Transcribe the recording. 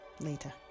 later